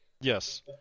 Yes